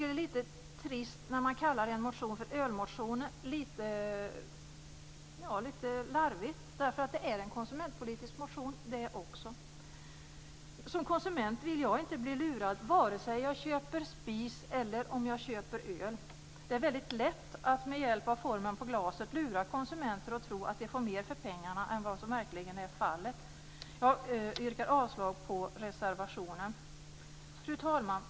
Det är trist när man kallar en motion "ölmotion". Det är lite larvigt. Det är också en konsumentpolitisk motion. Som konsument vill jag inte bli lurad vare sig jag köper spis eller öl. Det är väldigt lätt att med hjälp av formen på glaset lura konsumenter att tro att de får mera för pengarna än vad som verkligen är fallet. Jag yrkar avslag på reservationen. Fru talman!